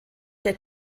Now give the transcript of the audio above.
der